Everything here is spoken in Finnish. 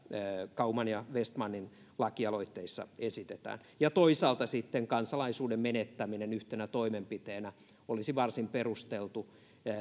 kauman ja vestmanin lakialoitteissa esitetään toisaalta sitten kansalaisuuden menettäminen yhtenä toimenpiteenä olisi varsin perusteltu